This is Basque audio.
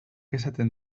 esaten